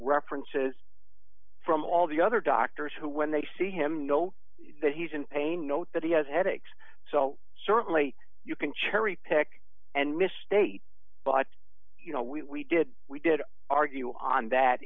references from all the other doctors who when they see him know that he's in pain note that he has headaches so certainly you can cherry pick and misstate but you know we did we did argue on that